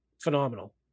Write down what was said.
phenomenal